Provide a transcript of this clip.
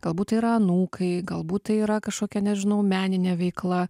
galbūt tai yra anūkai galbūt tai yra kažkokia nežinau meninė veikla